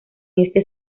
este